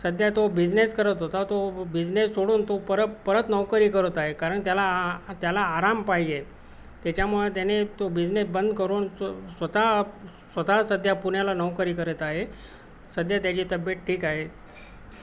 सध्या तो बिझनेस करत होता तो बिझनेस सोडून तो परत परत नोकरी करत आहे कारण त्याला आ त्याला आराम पाहिजे त्याच्यामुळे त्याने तो बिझनेस बंद करून स्वतः स्वतः सध्या पुण्याला नोकरी करत आहे सध्या त्याची तब्येत ठीक आहे